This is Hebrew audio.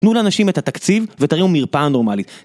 תנו לאנשים את התקציב ותרימו מרפאה נורמלית